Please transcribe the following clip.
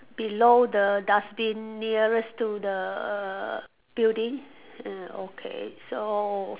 below the dustbin nearest to the building mm okay so